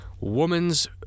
woman's